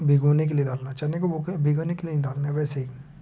भिगोने के लिए डालना चने को बो कर भिगोने के लिए नहीं डालना वैसे ही